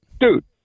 dude